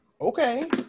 Okay